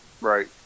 Right